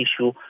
issue